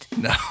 No